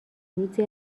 روزی